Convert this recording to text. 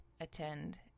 attend